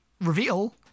reveal